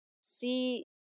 see